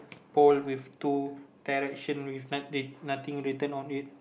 pole with two direction with noth~ nothing written on it